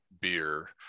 beer